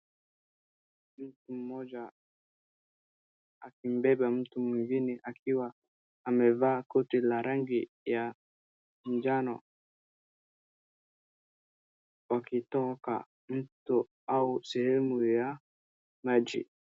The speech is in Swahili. Mtu mmoja akimbeba mtu mwingine akiwa amevaa koti la rangi ya njano, wakitoka mto au sehemu ya maji.